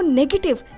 negative